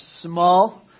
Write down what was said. small